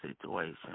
situation